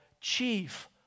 chief